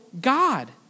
God